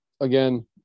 again